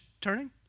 turning